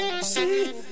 See